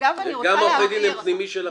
וגם עורכי הדין הפנימיים שלכם.